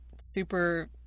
super